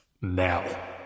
now